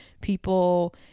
people